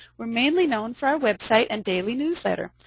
we're mainly known for our website and daily newsletter.